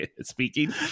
speaking